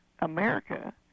America